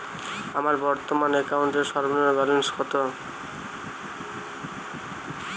আমার বর্তমান অ্যাকাউন্টের সর্বনিম্ন ব্যালেন্স কত?